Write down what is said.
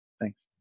Thanks